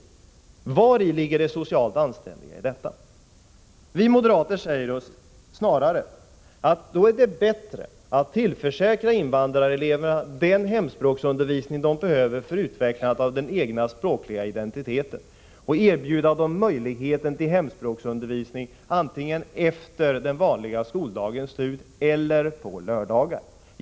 Vari ligger det socialt anständiga i detta? Invandrareleverna skall tillförsäkras den hemspråksundervisning de behöver för utvecklandet av den egna språkliga identiteten. Hemspråksundervis ning skall erbjudas dem antingen efter den vanliga skoldagen eller på lördagar.